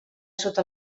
sota